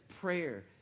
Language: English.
prayer